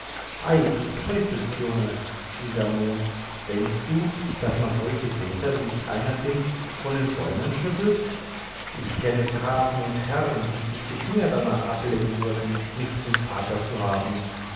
ei du teufelsjunge schrie der mond denkst du daß man solche väter wie ich einer bin von den bäumen schüttelt ich kenne grafen und herrn die sich die finger danach ablecken würden mich zum vater zu haben